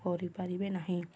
କରିପାରିବେ ନାହିଁ